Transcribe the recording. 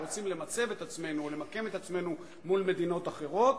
רוצים למצב את עצמנו או למקם את עצמנו מול מדינות אחרות,